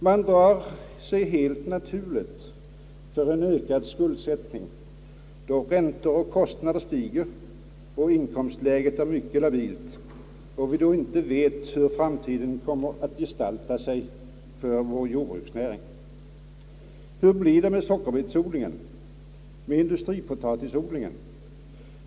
Man drar sig helt naturligt för en ökad skuldsättning, då räntor och kostnader stiger och inkomstläget är mycket labilt och då man inte vet hur framtiden kommer att gestalta sig för jordbruksnäringen. Hur blir det med sockerbetsodlingen och med industripotatisodlingen?